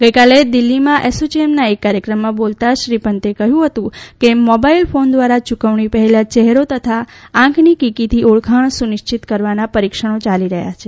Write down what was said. ગઇકાલે દિલ્હીમાં એસોચેમના એક કાર્યક્રમમાં બોલતા શ્રી પંતે કહ્યું હતું કે મોબાઇલ ફોન દ્વારા યૂકવણી પહેલા ચેહેરો અથવા આંખની કીકીથી ઓળખાણ સુનિશ્ચિત કરવાના પરિક્ષણો ચાલી રહ્યા છે